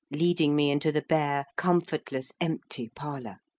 leading me into the bare, comfortless, empty parlour.